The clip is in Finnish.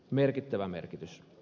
merkittävä merkitys